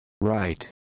Right